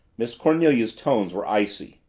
miss cornelia's tones were icy.